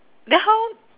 then how